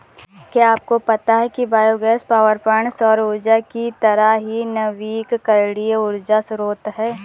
क्या आपको पता है कि बायोगैस पावरप्वाइंट सौर ऊर्जा की तरह ही नवीकरणीय ऊर्जा स्रोत है